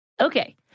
Okay